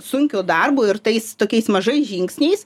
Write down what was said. sunkiu darbu ir tais tokiais mažais žingsniais